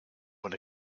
than